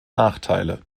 nachteile